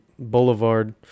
Boulevard